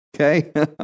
okay